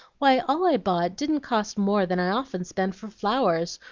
why, all i bought didn't cost more than i often spend for flowers,